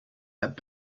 that